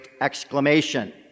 exclamation